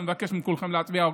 אני מבקש מכולכם להצביע בעד.